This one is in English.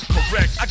Correct